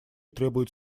требуют